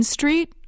Street